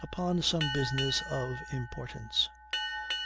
upon some business of importance